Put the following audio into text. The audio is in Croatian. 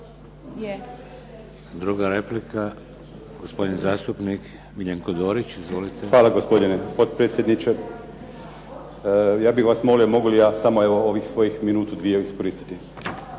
Druga replika, gospodin zastupnik Miljenko Dorić. Izvolite. **Dorić, Miljenko (HNS)** Hvala gospodine potpredsjedniče. Ja bih vas molio, mogu li ja samo evo ovih sviju minutu, dvije iskoristiti.